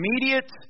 immediate